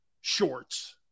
shorts